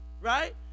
right